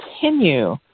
continue